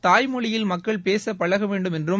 தாய்மொழியில் மக்கள் பேச பழக வேண்டும் என்றும்